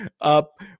up